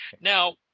Now